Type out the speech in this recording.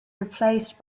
replaced